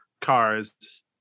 cars